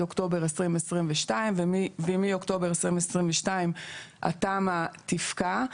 אוקטובר 2022. ומאוקטובר 2022 התמ"א תפקע,